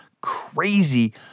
crazy